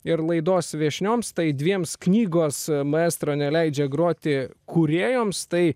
ir laidos viešnioms tai dviems knygos maestro neleidžia groti kūrėjoms tai